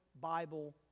Bible